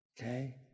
Okay